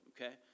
okay